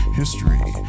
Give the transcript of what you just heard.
history